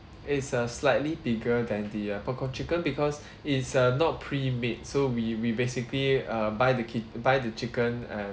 it's uh slightly bigger than the uh popcorn chicken because it's uh not pre-made so we we basically uh buy the ki~ buy the chicken and uh